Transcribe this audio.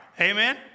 Amen